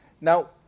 Now